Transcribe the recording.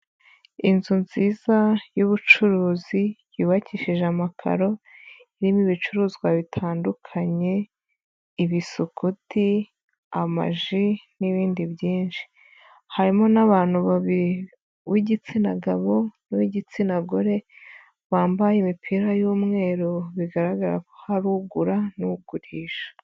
Inzu nziza y'ubucuruzi yubakishije amakaro irimo ibicuruzwa bitandukanye: ibisukuti, amaji n'ibindi byinshi. Harimo n'abantu babiri: uw'igitsina gabo n'uw'igitsina gore bambaye imipira y'umweru bigaragara ko hari ugura n'ugurisha.